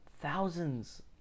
thousands